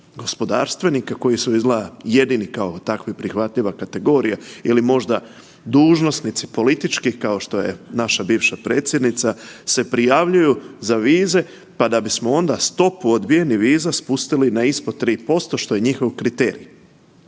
gospodarstvenika koji su izgleda jedini kao takvi prihvatljiva kategorija ili možda dužnosnici politički kao što je naša bivša predsjednica se prijavljuju za vize pa da bismo onda stopu odbijenih viza spustili na ispod 3% što je njihov kriterij.